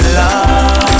love